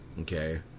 Okay